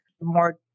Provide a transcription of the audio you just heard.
more